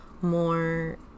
more